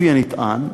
לפי הנטען,